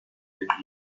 faiblir